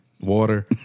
water